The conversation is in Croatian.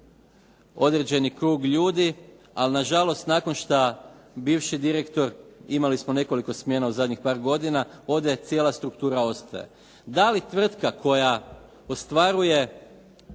određeni krug ljudi, ali na žalost nakon šta bivši direktor imali smo nekoliko smjena u zadnjih par godina ode cijela struktura ostaje. Da li tvrtka koja ostvaruje